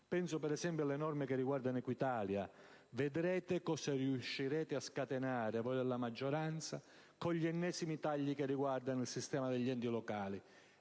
Penso, ad esempio, alle norme che riguardano Equitalia. Vedrete cosa riuscirete a scatenare voi della maggioranza con gli ennesimi tagli che riguardano il sistema degli enti locali.